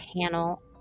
panel